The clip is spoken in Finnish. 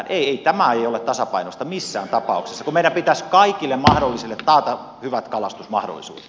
ei tämä ei ole tasapainoista missään tapauksessa kun meidän pitäisi kaikille mahdollisille taata hyvät kalastusmahdollisuudet